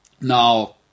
Now